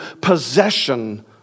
possession